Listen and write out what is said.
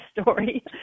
story